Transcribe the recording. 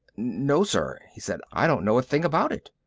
no, sir, he said. i don't know a thing about it.